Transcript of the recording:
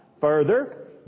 Further